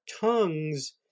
tongues